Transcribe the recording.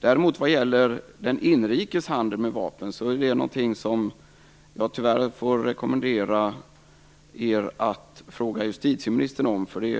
När det däremot gäller inrikes handel med vapen får jag, tyvärr, rekommendera er att fråga justitieministern om det.